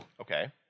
Okay